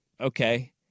okay